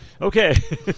Okay